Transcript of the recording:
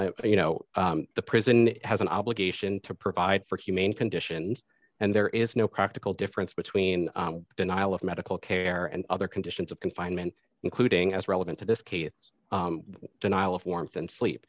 you know the prison has an obligation to provide for humane conditions and there is no practical difference between denial of medical care and other conditions of confinement including as relevant to this case it's denial of warmth and sleep